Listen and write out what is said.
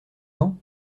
dents